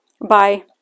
bye